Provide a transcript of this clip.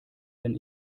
wenn